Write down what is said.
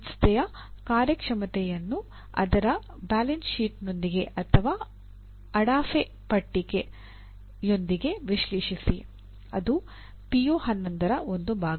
ಸಂಸ್ಥೆಯ ಕಾರ್ಯಕ್ಷಮತೆಯನ್ನು ಅದರ ಬ್ಯಾಲೆನ್ಸ್ ಶೀಟ್ನಿಂದ ಒಂದು ಭಾಗ